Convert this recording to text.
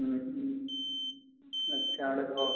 ᱟᱪᱪᱷᱟ ᱚᱸᱰᱮ ᱫᱚ